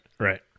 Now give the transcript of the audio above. Right